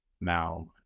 now